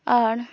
ᱟᱨ